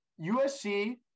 usc